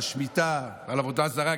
על שמיטה ועל עבודה זרה,